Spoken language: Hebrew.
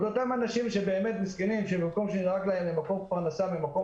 את אותם אנשים מסכנים שבמקום לדאוג להם לפרנסה במקום